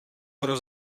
pro